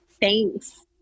thanks